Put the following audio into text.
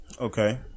Okay